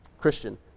Christian